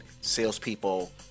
salespeople